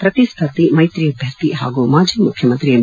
ಪ್ರತಿಸ್ಥರ್ಧಿ ಮೈತ್ರಿ ಅಭ್ಯರ್ಥಿ ಹಾಗು ಮಾಜಿ ಮುಖ್ಯಮಂತ್ರಿ ಎಂ